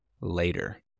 later